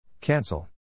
Cancel